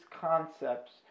concepts